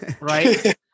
right